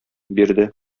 бирде